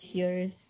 cheers